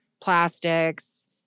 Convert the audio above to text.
plastics